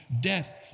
death